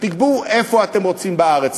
תקבעו איפה אתם רוצים בארץ,